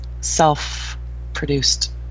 self-produced